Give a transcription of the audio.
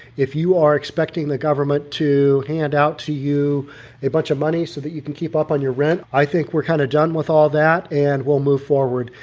if you are expecting the government to hand out to you a bunch of money so that you can keep up on your rent. i think we're kind of done with all that and we'll move forward.